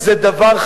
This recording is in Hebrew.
זה לא